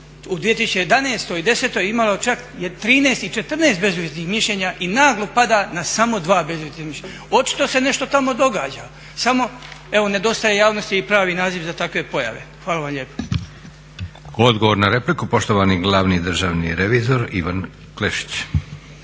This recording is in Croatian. u 2011. i 2010. imalo čak 13 i 14 bezuvjetnih mišljenja i naglo pada na samo 2 bezuvjetna mišljenja. Očito se nešto tamo događa, samo evo nedostaje javnosti i prani naziv za takve pojave. Hvala vam lijepa. **Leko, Josip (SDP)** Odgovor na repliku poštovani glavni državni revizor Ivan Klešić.